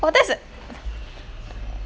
oh that's it